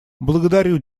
благодарю